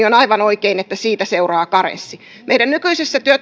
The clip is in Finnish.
on aivan oikein että siitä seuraa karenssi meidän nykyisessä